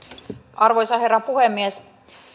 arvoisa herra puhemies